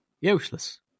useless